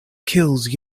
kills